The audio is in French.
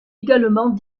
également